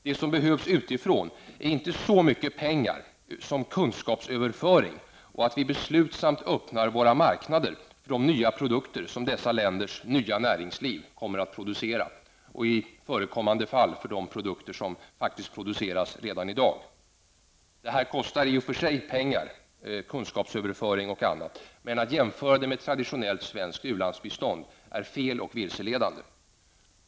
Det som behövs utifrån är inte så mycket pengar som kunskapsöverföring samt att vi beslutsamt öppnar våra marknader för de nya produkter som dessa länders näringsliv kommer att producera och i förekommande fall redan producerar i dag. Kunskapsöverföring och annat kostar i och för sig pengar, men att jämföra detta med traditionellt svenskt u-landsbistånd är fel och vilseledande.